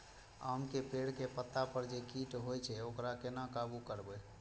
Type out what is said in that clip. आम के पेड़ के पत्ता पर जे कीट होय छे वकरा केना काबू करबे?